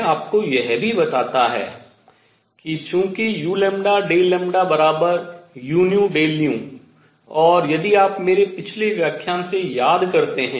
यह आपको यह भी बताता है कि चूंकि uΔλuΔν और यदि आप मेरे पिछले व्याख्यान से याद करते हैं